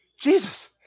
Jesus